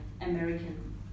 American